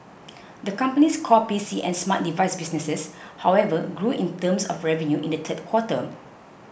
the company's core P C and smart device business however grew in terms of revenue in the third quarter